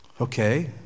Okay